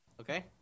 Okay